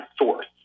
source